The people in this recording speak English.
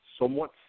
somewhat